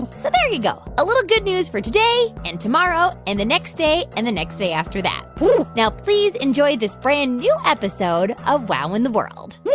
so there you go a little good news for today and tomorrow and the next day and the next day after that now please enjoy this brand-new episode of wow in the world